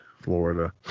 Florida